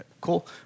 Cool